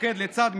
יתפקד לצד,